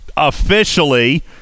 Officially